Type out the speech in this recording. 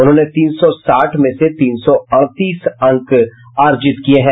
उन्होंने तीन सौ साठ में से तीन सौ अड़तीस अंक अर्जित किये हैं